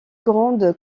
grandes